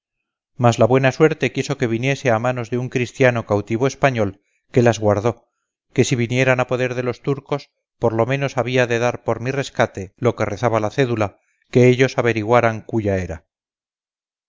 mas la buena suerte quiso que viniese a manos de un christiano cautivo español que las guardó que si vinieran a poder de los turcos por lo menos había de dar por mi rescate lo que rezaba la cédula que ellos averiguaran cúya era